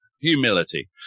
Humility